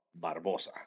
Barbosa